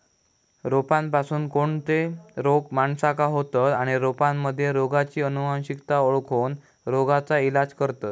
रोपांपासून कोणते रोग माणसाका होतं आणि रोपांमध्ये रोगाची अनुवंशिकता ओळखोन रोगाचा इलाज करतत